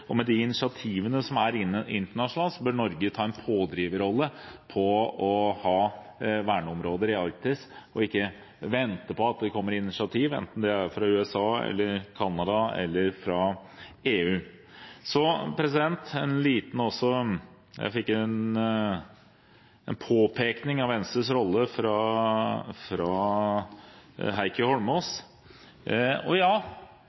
Med de initiativene som er internasjonalt, bør Norge ta en pådriverrolle når det gjelder å ha verneområder i Arktis, og ikke vente på at det kommer initiativ, enten det er fra USA, Canada eller EU. Jeg fikk en påpekning av Venstres rolle fra Heikki Eidsvoll Holmås: Ja,